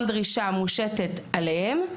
כל דרישה וכל עלות- מושטת אל ההורים.